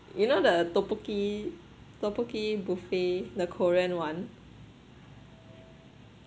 you know the tteokbokki tteokbokki buffet the korean [one]